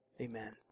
Amen